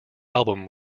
album